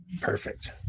Perfect